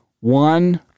One